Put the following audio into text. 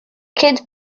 kids